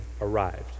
arrived